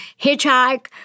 hitchhike